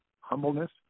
humbleness